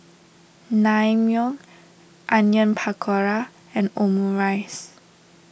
Naengmyeon Onion Pakora and Omurice